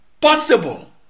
possible